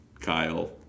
Kyle